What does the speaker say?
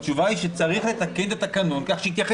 התשובה היא שצריך לתקן את התקנון כך שיתייחס